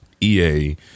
EA